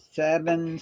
seven